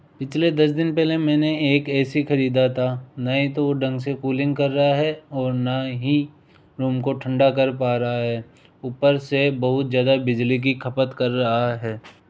पिछले दस दिन पहले मैंने एक ए सी खरीदा था न ही तो वो ढंग से कूलिंग कर रहा है और न ही रूम को ठंडा कर पा रहा है ऊपर से बहुत ज़्यादा बिजली की खपत कर रहा है